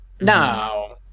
No